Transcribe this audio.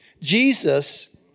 Jesus